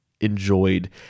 enjoyed